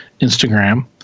Instagram